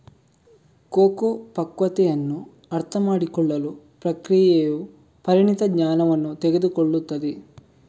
cocoa ಪಕ್ವತೆಯನ್ನು ಅರ್ಥಮಾಡಿಕೊಳ್ಳಲು ಪ್ರಕ್ರಿಯೆಯು ಪರಿಣಿತ ಜ್ಞಾನವನ್ನು ತೆಗೆದುಕೊಳ್ಳುತ್ತದೆ